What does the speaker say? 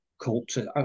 culture